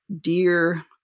dear